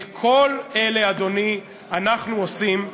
את כל אלה, אדוני, אנחנו עושים,